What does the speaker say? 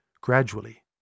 Gradually